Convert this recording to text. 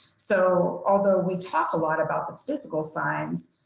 so although we talk a lot about the physical signs,